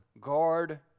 guard